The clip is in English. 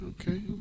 Okay